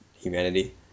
humanity